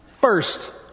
First